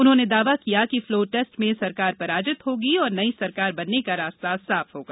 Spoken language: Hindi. उन्होंने दावा किया कि फ्लोर टेस्ट में सरकार पराजित होगी और नई सरकार बनने का रास्ता साफ होगा